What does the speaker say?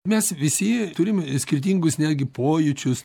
mes visi turime skirtingus netgi pojūčius